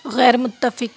غیرمتفق